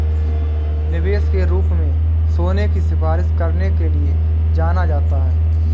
निवेश के रूप में सोने की सिफारिश करने के लिए जाना जाता है